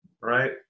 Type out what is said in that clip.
right